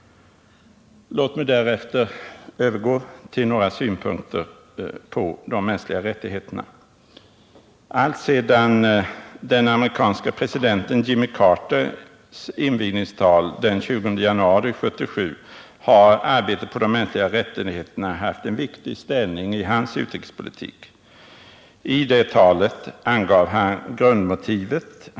Låt mig därefter övergå till några synpunkter för de mänskliga rättigheterna. Alltsedan den amerikanske presidenten Jimmy Carters invigningstal den 20 januari 1977 har arbetet på de mänskliga rättigheterna haft en viktig ställning i hans utrikespolitik. I det talet angav han grundmotivet.